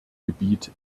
gebiet